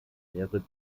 mehrere